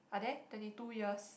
ah there twenty two years